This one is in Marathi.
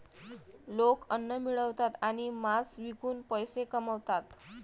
लोक अन्न मिळवतात आणि मांस विकून पैसे कमवतात